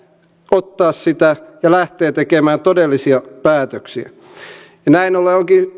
ottaa sitä ja lähtee tekemään todellisia päätöksiä näin ollen onkin